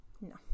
no